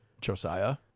Josiah